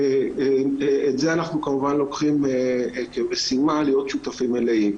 ואת זה אנחנו כמובן לוקחים כמשימה להיות שותפים מלאה.